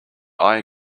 eye